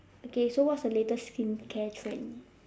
okay so what's the latest skincare trend